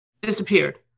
disappeared